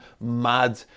mad